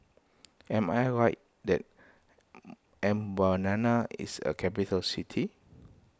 am I right that Mbabana is a capital city